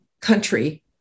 country